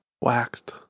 Waxed